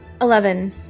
Eleven